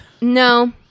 No